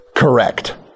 Correct